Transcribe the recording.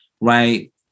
Right